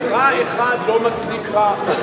רע אחד לא מצדיק רע אחר.